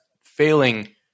failing